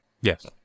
Yes